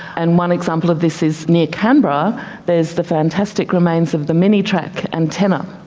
and one example of this is near canberra there's the fantastic remains of the minitrack antenna.